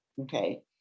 Okay